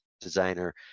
designer